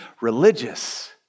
religious